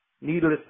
Needless